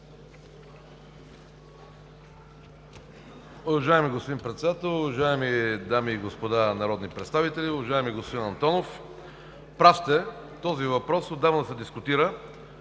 Уважаеми господин Председател, уважаеми дами и господа народни представители! Уважаеми господин Антонов, прав сте! Този въпрос отдавна се дискутира